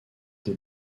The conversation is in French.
des